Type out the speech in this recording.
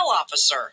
officer